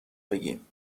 بگیم